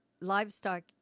livestock